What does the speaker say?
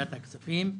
הכספים.